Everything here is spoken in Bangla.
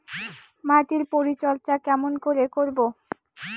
মাটির পরিচর্যা কেমন করে করব?